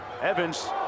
Evans